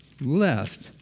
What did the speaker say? left